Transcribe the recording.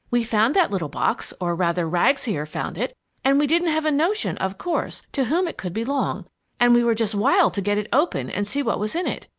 we found that little box or rather, rags here found it and we didn't have a notion, of course, to whom it could belong and we were just wild to get it open and see what was in it.